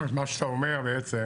מה שאתה אומר בעצם